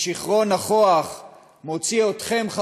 ושיכרון הכוח מוציא אתכם,